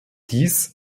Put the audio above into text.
dies